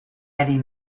eddie